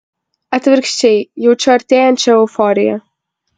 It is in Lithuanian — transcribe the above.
atvirkščiai jaučiu artėjančią euforiją